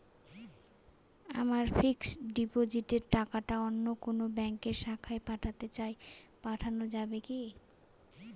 আমার ফিক্সট ডিপোজিটের টাকাটা অন্য কোন ব্যঙ্কের শাখায় পাঠাতে চাই পাঠানো যাবে কি?